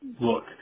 look